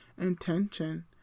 intention